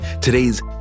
Today's